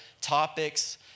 topics